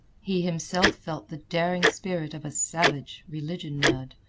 he himself felt the daring spirit of a savage, religion-mad.